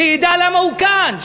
שידע למה הוא כאן,